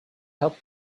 helped